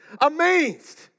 Amazed